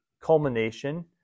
culmination